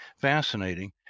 fascinating